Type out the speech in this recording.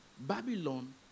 Babylon